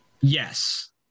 Yes